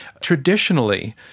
traditionally